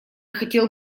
хотел